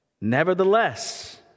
Nevertheless